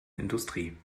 industrie